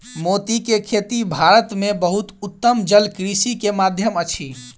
मोती के खेती भारत में बहुत उत्तम जलकृषि के माध्यम अछि